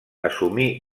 assumí